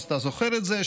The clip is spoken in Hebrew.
אז אתה זוכר את זה,